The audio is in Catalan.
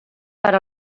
per